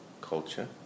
culture